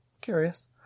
curious